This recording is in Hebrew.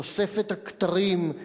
תוספת הכתרים,